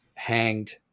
hanged